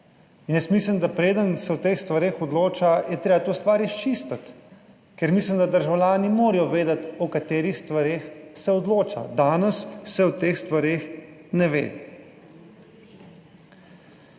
In jaz mislim, da preden se o teh stvareh odloča, je treba to stvar izčistiti, ker mislim, da državljani morajo vedeti, o katerih stvareh se odloča. Danes se o teh stvareh ne ve.